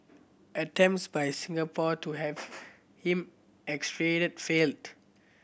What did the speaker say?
attempts by Singapore to have him extradited failed